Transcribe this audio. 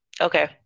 Okay